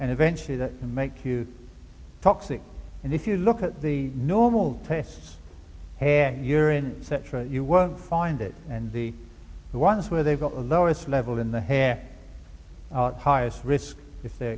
and eventually that can make you toxic and if you look at the normal tests head you're in cetera you won't find it and the ones where they've got the lowest level in the hair highest risk if they